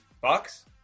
Bucks